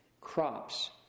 crops